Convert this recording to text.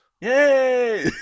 Yay